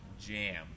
jam